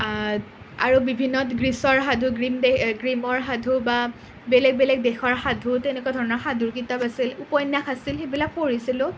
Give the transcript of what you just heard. আৰু বিভিন্ন গ্ৰীচৰ সাধু গ্ৰিমৰ সাধু বা বেলেগ বেলেগ দেশৰ সাধু তেনেকুৱা ধৰণৰ সাধুৰ কিতাপ আছিল উপন্যাস আছিল সেইবিলাক পঢ়িছিলোঁ